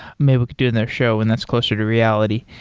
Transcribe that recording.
maybe we could do another show, and that's closer to reality.